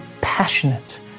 passionate